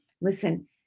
Listen